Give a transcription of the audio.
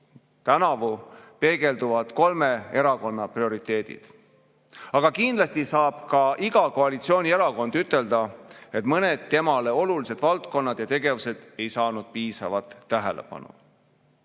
tänavu peegelduvad kolme erakonna prioriteedid. Aga kindlasti võib iga koalitsioonierakond ütelda, et mõned temale olulised valdkonnad ja tegevused ei saanud piisavat tähelepanu.